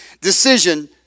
decision